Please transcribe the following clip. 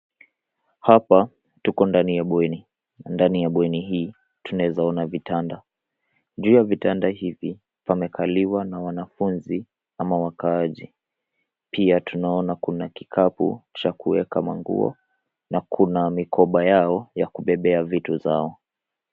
Hapa tuko ndani ya bweni. Ndani ya bweni hii tunaweza ona vitanda. Juu ya vitanda hivi, pamekaliwa na wanafunzi ama wakaaji. Pia tunaona kuna kikapu cha kuweka manguo na kuna mikoba yao, ya kubebea vitu zao.